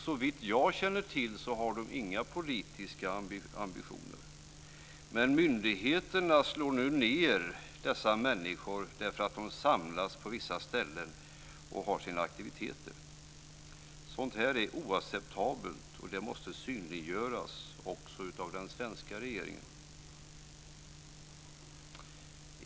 Såvitt jag känner till har den inga politiska ambitioner, men myndigheterna slår nu ned dessa människor därför att de samlas på vissa ställen och utför sina aktiviteter. Sådant här är oacceptabelt, och det måste synliggöras också av den svenska regeringen.